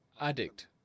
addict